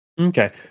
Okay